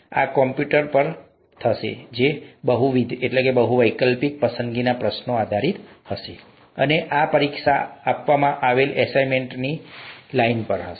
આ કોમ્પ્યુટર પર હશે ફરીથી બહુવિધ પસંદગીના પ્રશ્નો આધારિત હશે અને આ આ પરીક્ષા આપવામાં આવેલ અસાઇનમેન્ટની લાઇન પર હશે